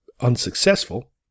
unsuccessful